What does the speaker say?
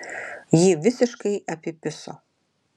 jį visiškai apipiso